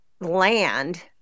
land